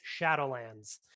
Shadowlands